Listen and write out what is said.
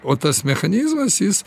o tas mechanizmas jis